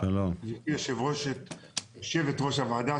גברתי יושבת-ראש הוועדה,